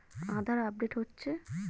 আধার update হচ্ছে?